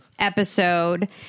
episode